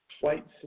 white